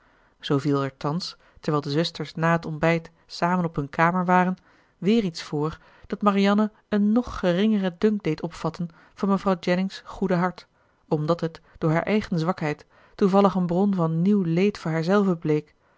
viel er thans terwijl de zusters na het ontbijt samen op hun kamer waren weer iets voor dat marianne een nog geringeren dunk deed opvatten van mevrouw jennings goede hart omdat het door haar eigen zwakheid toevallig een bron van nieuw leed voor haarzelve bleek